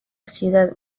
ciudad